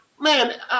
Man